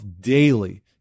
daily